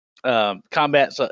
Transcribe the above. Combat